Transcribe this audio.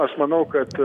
aš manau kad